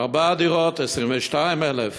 ארבע דירות, 22,000,